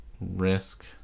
Risk